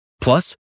Plus